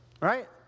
Right